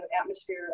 atmosphere